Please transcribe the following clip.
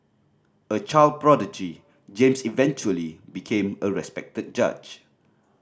a child prodigy James eventually became a respected judge